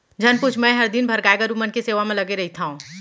झन पूछ मैंहर दिन भर गाय गरू मन के सेवा म लगे रइथँव